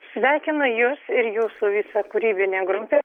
sveikinu jus ir jūsų visą kūrybinę grupę